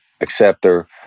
acceptor